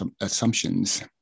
assumptions